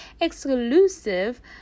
exclusive